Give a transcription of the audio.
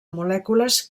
molècules